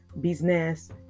business